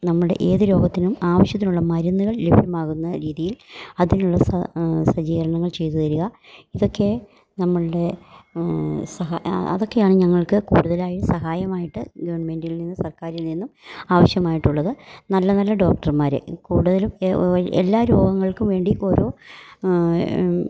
നമ്മുടെ ഏതു രോഗത്തിനും ആവശ്യത്തിനുള്ള മരുന്നുകൾ ലഭ്യമാകുന്ന രീതിയിൽ അതിനുള്ള സ സജീകരണങ്ങൾ ചെയ്തു തരിക ഇതൊക്കെ നമ്മളുടെ സഹ അതൊക്കെയാണ് ഞങ്ങൾക്ക് കൂടുതലായും സഹായമായിട്ട് ഗവൺമെൻറ്റിൽ നിന്നും സർക്കാരിൽ നിന്നും ആവശ്യമായിട്ടുള്ളത് നല്ല നല്ല ഡോക്ടർമാർ കൂടുതലും എല്ലാ രോഗങ്ങൾക്കും വേണ്ടി ഓരോ